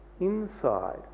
inside